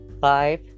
five